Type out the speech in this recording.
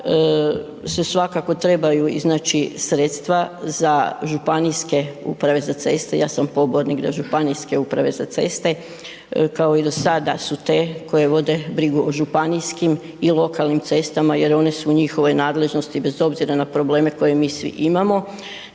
se svakako trebaju iznaći sredstva za ŽUC, ja sam pobornik da ŽUC kao i dosada su te koje vode brigu o županijskim i lokalnim cestama jer one su u njihovoj nadležnosti bez obzira na probleme koje mi svi imamo.